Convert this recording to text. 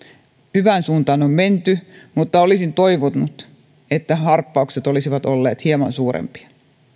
hyvään suuntaan on menty mutta olisin toivonut että harppaukset olisivat olleet hieman suurempia